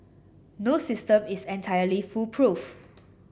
no system is entirely foolproof